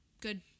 Good